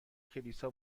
کلیسا